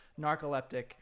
narcoleptic